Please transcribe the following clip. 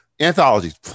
anthologies